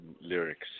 lyrics